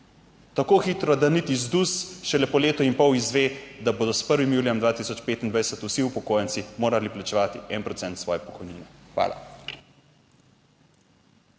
Tako hitro, da niti ZDUS šele po letu in pol izve, da bodo s 1. julijem 2025 vsi upokojenci morali plačevati 1 % svoje pokojnine. Hvala.